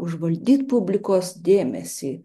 užvaldyt publikos dėmesį